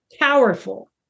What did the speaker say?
powerful